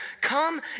come